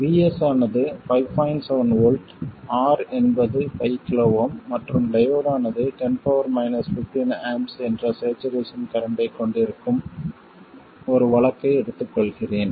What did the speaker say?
7 V R என்பது 5 kΩ மற்றும் diode ஆனது 10 15 A என்ற சேச்சுரேசன் கரண்ட்டைக் கொண்டிருக்கும் ஒரு வழக்கை எடுத்துக்கொள்கிறேன்